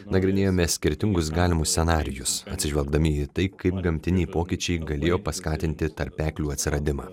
nagrinėjome skirtingus galimus scenarijus atsižvelgdami į tai kaip gamtiniai pokyčiai galėjo paskatinti tarpeklių atsiradimą